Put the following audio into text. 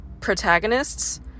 protagonists